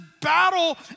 battle